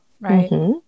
Right